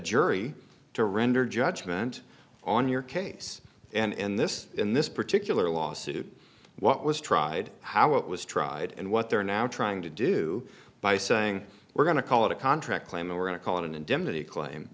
jury to render judgment on your case and in this in this particular lawsuit what was tried how it was tried and what they're now trying to do by saying we're going to call it a contract claim and we're going to call it an indemnity claim